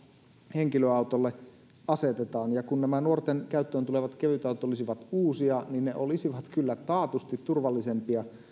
henkilöautolle asetetaan ja kun nämä nuorten käyttöön tulevat kevytautot olisivat uusia niin ne olisivat kyllä taatusti turvallisempia